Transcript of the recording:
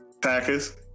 Packers